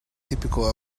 typical